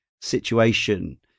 situation